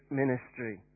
ministry